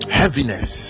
heaviness